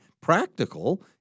practical